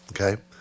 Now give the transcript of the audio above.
okay